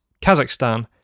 kazakhstan